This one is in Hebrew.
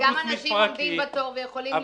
וגם אנשים עומדים בתור ויכולים ליפול,